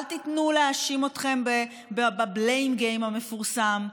אל תיתנו להאשים אתכם ב-Blame Game המפורסם.